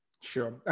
Sure